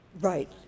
Right